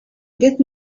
get